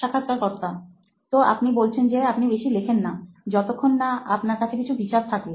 সাক্ষাৎকারকর্তা তো আপনি বলছেন যে আপনি বেশি লেখেন না যতক্ষন না আপনার কাছে কিছু বিচার থাকে